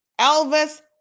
Elvis